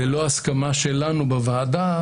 ללא הסכמה שלנו בוועדה,